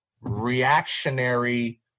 reactionary